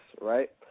right